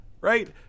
right